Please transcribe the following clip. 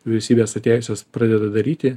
vyriausybės atėjusios pradeda daryti